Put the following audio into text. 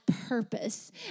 purpose